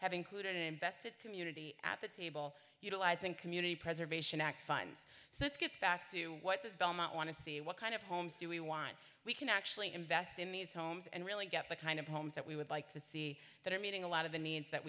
have included invested community at the table utilizing community preservation act funds so that's gets back to what does belmont want to see what kind of homes do we want we can actually invest in these homes and really get the kind of homes that we would like to see that are meeting a lot of the needs that